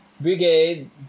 brigade